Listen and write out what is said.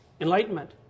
enlightenment